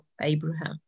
Abraham